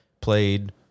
played